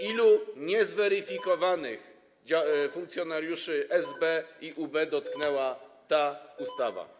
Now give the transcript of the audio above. Ilu niezweryfikowanych funkcjonariuszy SB i UB dotknęła ta ustawa?